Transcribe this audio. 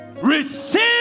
receive